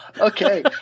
Okay